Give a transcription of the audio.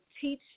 teach